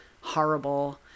horrible